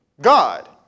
God